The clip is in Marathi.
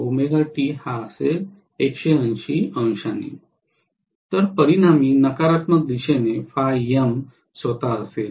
तर परिणामी नकारात्मक दिशेने phi M स्वत असेल